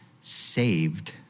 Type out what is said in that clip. saved